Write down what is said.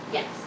Yes